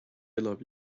love